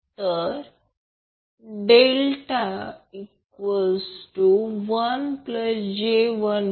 तर 1j1